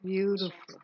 Beautiful